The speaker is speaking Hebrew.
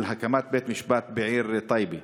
על הקמת בית משפט בעיר טייבה,